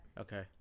Okay